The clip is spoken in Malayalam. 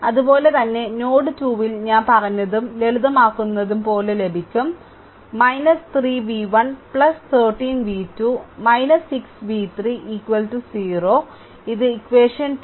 അതുപോലെ തന്നെ നോഡ് 2 ൽ ഞാൻ പറഞ്ഞതും ലളിതമാക്കുന്നതും പോലെ ലഭിക്കും 3 v1 13 v2 6 v3 0 ഇത് ഇക്വഷൻ 2